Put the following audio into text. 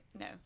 No